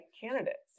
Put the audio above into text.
candidates